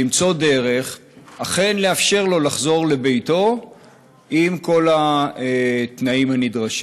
למצוא דרך אכן לאפשר לו לחזור לביתו עם כל התנאים הנדרשים?